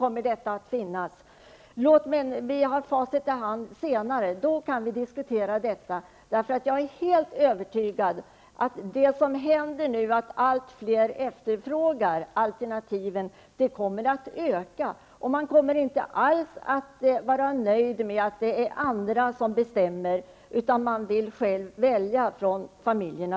När vi senare har facit i hand kan vi diskutera detta. Jag är helt övertygad om att efterfrågan på alternativ kommer att öka. Familjerna kommer inte alls att vara nöjda med att det är andra som bestämmer, utan de vill själva välja.